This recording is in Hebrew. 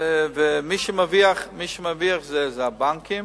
ומי שמרוויח זה הבנקים.